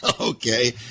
Okay